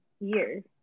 years